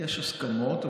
יש הסכמות,